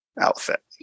outfit